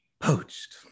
Poached